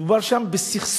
מדובר שם בסכסוך